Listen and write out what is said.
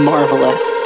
Marvelous